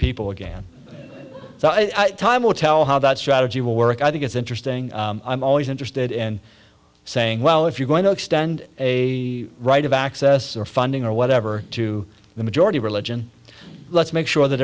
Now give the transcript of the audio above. people again i time will tell how that strategy will work i think it's interesting i'm always interested in saying well if you're going to extend a right of access or funding or whatever to the majority religion let's make sure that